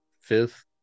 fifth